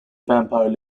vampire